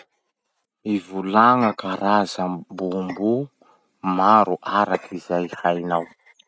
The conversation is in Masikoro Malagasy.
Mivolagna karaza bonbons maro araky zay hainao.